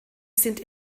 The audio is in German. sind